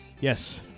yes